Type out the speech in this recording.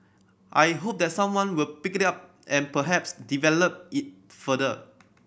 I hope that someone will pick it up and perhaps develop it further